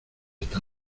está